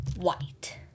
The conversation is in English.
White